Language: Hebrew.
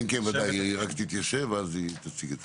אמרי את